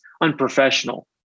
unprofessional